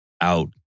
out